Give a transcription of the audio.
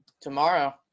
Tomorrow